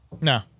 No